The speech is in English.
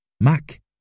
Mac